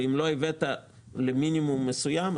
ואם לא הבאת למינימום מסוים,